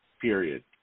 period